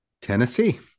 Tennessee